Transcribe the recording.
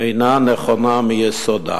אינה נכונה מיסודה.